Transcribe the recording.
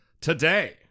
today